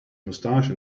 mustache